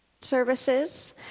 services